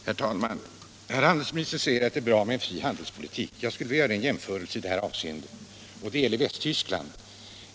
Herr talman! Herr handelsministern säger att det är bra med en fri handelspolitik. Jag skulle vilja göra en jämförelse i detta avseende som gäller Västtyskland.